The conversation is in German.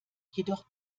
jedoch